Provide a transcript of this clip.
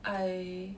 I